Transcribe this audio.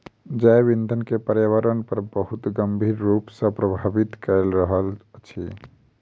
जैव ईंधन के पर्यावरण पर बहुत गंभीर रूप सॅ प्रभावित कय रहल अछि